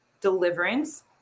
deliverance